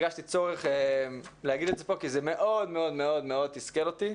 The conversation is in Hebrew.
הרגשתי צורך לומר את זה פה כי זה מאוד תסכל אותי.